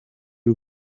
y’u